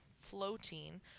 floating